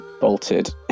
bolted